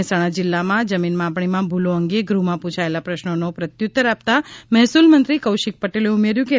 મહેસાણા જિલ્લામાં જમીન માપણીમાં ભુલો અંગે ગૃહમાં પૂછાયેલા પ્રશ્નનો પ્રત્યુતર આપતા મહેસૂલ મંત્રી કૌશિકપટેલે ઉમેર્યુ કે